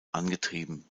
angetrieben